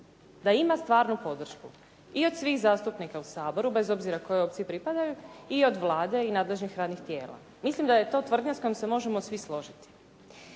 da ima stvarnu podršku i od svih zastupnika u Saboru, bez obzira kojoj opciji pripadaju i od Vlade i nadležnih radnih tijela. Mislim da je to tvrdnja s kojom se možemo svi složiti.